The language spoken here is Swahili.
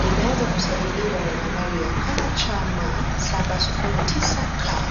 limeweza kusajiliwa na nambari ya KCM 709K.